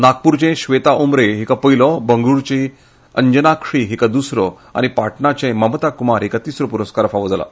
नागपूरचें श्वेता उमरे हिका पयलो बंगळूरूचे अंजनाक्षी हिका द्सरो आनी पाटणाचें ममता कुमार हिका तिसरो प्रस्कार फावो जालो